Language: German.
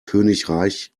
königreich